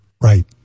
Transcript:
right